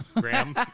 Graham